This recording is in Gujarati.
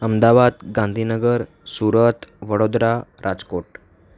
અમદાવાદ ગાંધીનગર સુરત વડોદરા રાજકોટ